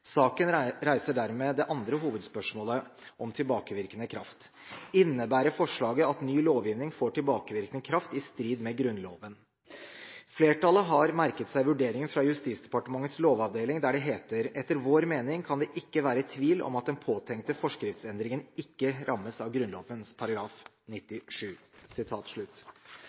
Saken reiser dermed det andre hovedspørsmålet: om tilbakevirkende kraft. Innebærer forslaget at ny lovgivning får tilbakevirkende kraft i strid med Grunnloven? Flertallet har merket seg vurderingen fra Justisdepartementets lovavdeling, der det heter: «Etter vår mening kan det ikke være tvil om at den påtenkte forskriftendringen ikke rammes av Grunnloven § 97.»